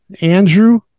Andrew